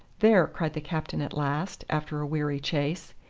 there, cried the captain at last, after a weary chase,